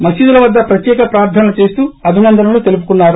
మసీదుల వద్ద ప్రత్యేక ప్రార్ధనలు చేస్తూ అభినందనలు తెలుపుకున్నారు